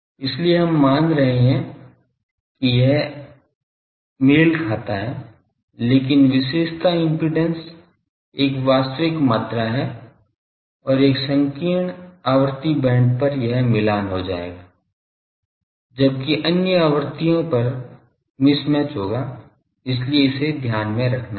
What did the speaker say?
इसलिए हम मान रहे हैं कि यह मेल खाता है लेकिन विशेषता इम्पीडेन्स एक वास्तविक मात्रा है और एक संकीर्ण आवृत्ति बैंड पर यह मिलान हो जाएगा जबकि अन्य आवृत्तियों पर मिसमैच होगा इसलिए इसे ध्यान में रखना होगा